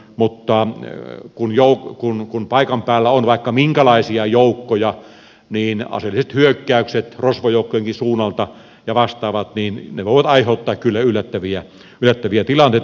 mutta kun paikan päällä on vaikka minkälaisia joukkoja niin aseelliset hyökkäykset rosvojoukkojenkin suunnalta ja vastaavat voivat aiheuttaa kyllä yllättäviä tilanteita